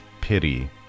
pity